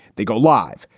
they go live.